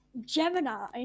Gemini